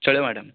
ଚଳିବ ମ୍ୟାଡ଼ାମ